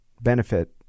benefit